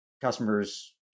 customers